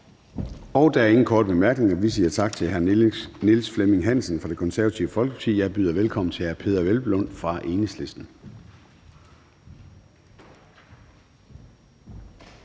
Der er ingen korte bemærkninger. Vi siger tak til hr. Niels Flemming Hansen fra Det Konservative Folkeparti. Jeg byder velkommen til hr. Peder Hvelplund fra Enhedslisten.